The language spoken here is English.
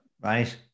right